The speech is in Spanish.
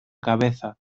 cabeza